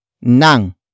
nang